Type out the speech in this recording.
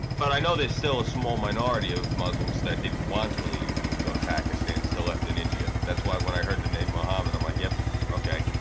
but i know there's still a small minority of muslims that didn't want to leave to go to pakistan still left in india that's why when i heard the name, mohammed. i'm like yep okay,